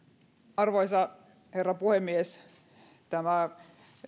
arvoisa herra puhemies tämä